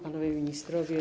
Panowie Ministrowie!